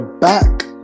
back